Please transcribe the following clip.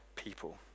people